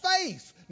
faith